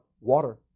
water